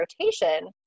rotation